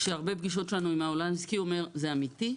יש הרבה פגישות שלנו עם העולם העסקי שאומר 'זה אמיתי,